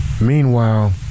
Meanwhile